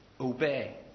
obey